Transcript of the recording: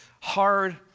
hard